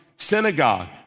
synagogue